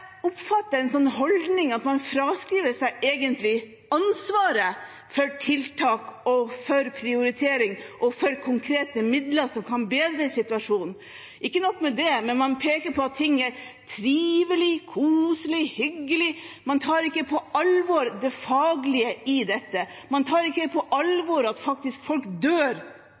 oppfatter en slik holdning som at man egentlig fraskriver seg ansvaret for tiltak, for prioritering og for konkrete midler som kan bedre situasjonen. Ikke nok med det: Man peker på at ting er trivelige, koselige, hyggelige – man tar ikke på alvor det faglige i dette. Man tar ikke på alvor at folk faktisk dør